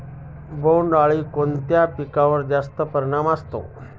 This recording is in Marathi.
बोंडअळी कोणत्या पिकावर जास्त प्रमाणात असते?